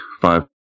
five